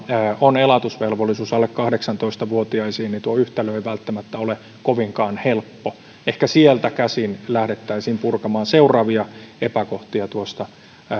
on elatusvelvollisuus alle kahdeksantoista vuotiaisiin niin tuo yhtälö ei välttämättä ole kovinkaan helppo ehkä sieltä käsin lähdettäisiin purkamaan seuraavia epäkohtia